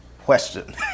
Question